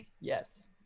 Yes